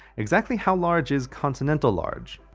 exactly how large is continental large?